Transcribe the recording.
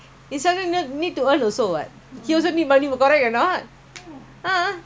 !huh! house bill water bill current bill that is the most important